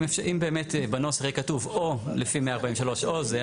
אם באמת בנוסח יהיה כתוב או לפי 143 או זה,